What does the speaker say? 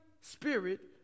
Spirit